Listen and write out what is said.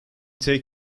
take